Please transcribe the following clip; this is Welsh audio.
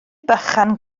bychan